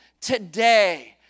today